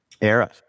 era